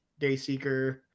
Dayseeker